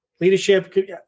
leadership